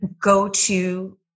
go-to